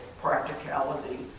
practicality